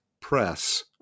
press